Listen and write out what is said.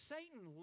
Satan